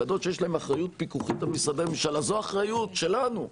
ועדות שיש להן אחריות פיקוחית על משרדי הממשלה זו האחריות שלנו,